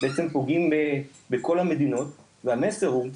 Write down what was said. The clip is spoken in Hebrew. בעצם פוגעים בכל המדינות והמסר הוא,